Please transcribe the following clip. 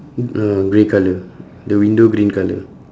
uh grey colour the window green colour